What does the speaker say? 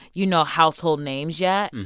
you know, household names yet.